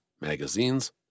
magazines